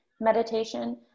meditation